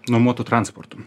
nuomotu transportu